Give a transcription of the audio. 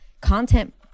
content